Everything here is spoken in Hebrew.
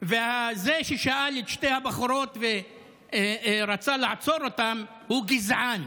וזה ששאל את שתי הבחורות ורצה לעצור אותן הוא גזען.